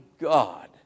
God